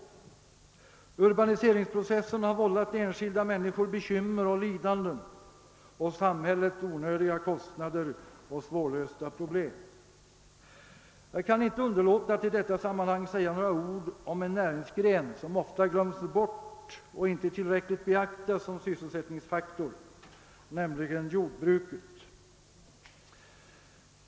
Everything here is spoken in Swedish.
Urbaniseringsprocessen har vållat enskilda människor bekymmer och lidanden och samhället onödiga kostander och svårlösta problem. Jag kan inte underlåta att i detta sammanhang säga några ord om en näringsgren som ofta glöms bort och inte tillräckligt beaktas som sysselsättningsfaktor, nämligen jordbruket.